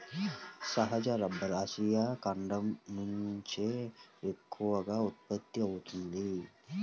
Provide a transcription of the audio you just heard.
సహజ rubber Asia ఖండం నుంచే ఎక్కువగా ఉత్పత్తి అవుతోంది